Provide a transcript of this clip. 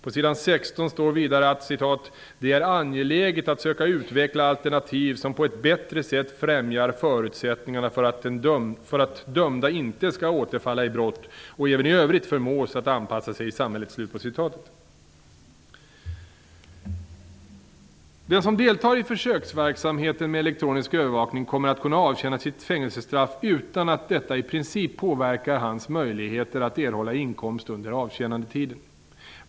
På s. 16 står vidare att ''det är angeläget att söka utveckla alternativ som på ett bättre sätt främjar förutsättningarna för att dömda inte skall återfalla i brott och även i övrigt förmås att anpassa sig i samhället''. Den som deltar i försöksverksamheten med elektronisk övervakning kommer att kunna avtjäna sitt fängelsestraff utan att detta i princip påverkar hans möjligheter att erhålla inkomst under avtjänandetiden.